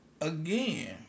Again